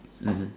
mmhmm